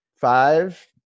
Five